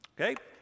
Okay